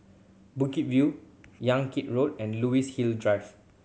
Bukit View Yan Kit Road and Luxus Hill Drive